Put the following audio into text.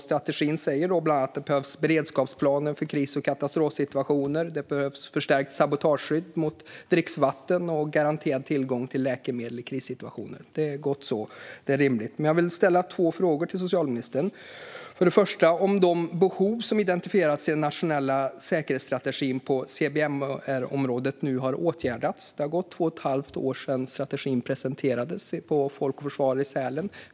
Strategin säger bland annat att det behövs beredskapsplaner för kris och katastrofsituationer, förstärkt sabotageskydd för dricksvatten och garanterad tillgång till läkemedel i krissituationer. Det är gott så och rimligt. Jag vill ställa två frågor till socialministern. Den första gäller om de behov som har identifierats i den nationella säkerhetsstrategin på CBRN-området nu har åtgärdats. Det har gått två och ett halvt år sedan strategin presenterades på Folk och Försvar i Sälen.